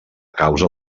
causa